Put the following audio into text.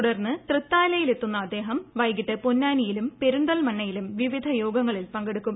തുടർന്ന് തൃത്താലയിലെത്തുന്ന അദ്ദേഹം വൈകിട്ട് പൊന്നാനിയിലും പെരിന്തൽമണ്ണയിലും വിവിധ യോഗങ്ങളിൽ പങ്കെടുക്കും